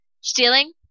Stealing